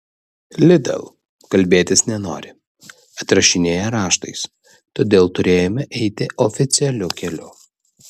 lidl kalbėtis nenori atsirašinėja raštais todėl turėjome eiti oficialiu keliu